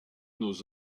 nos